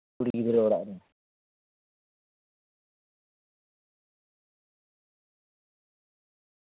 ᱠᱩᱲᱤ ᱜᱤᱫᱽᱨᱟᱹ ᱚᱲᱟᱜ ᱨᱮ